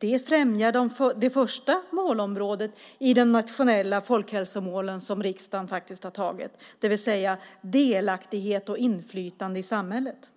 Det främjar det första målområdet i de nationella folkhälsomål som riksdagen faktiskt har antagit, det vill säga delaktighet och inflytande i samhället.